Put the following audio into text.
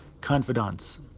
confidants